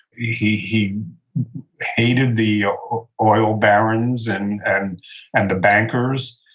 he he hated the oil barons and and and the bankers,